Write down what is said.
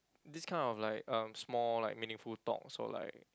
this kind of like uh small like meaningful talks or like